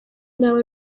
naba